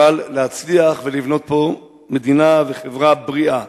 נוכל להצליח ולבנות פה מדינה וחברה בריאה.